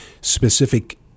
specific